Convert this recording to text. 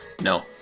no